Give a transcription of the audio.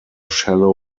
shallow